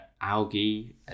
algae